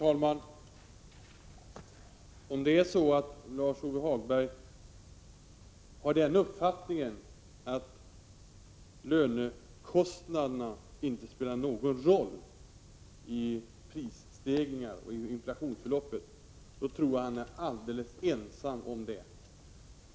Herr talman! Om Lars-Ove Hagberg har uppfattningen att lönekostnaderna inte spelar någon roll för prisstegringarna och inflationsförloppet, tror jag att han är alldeles ensam om den uppfattningen.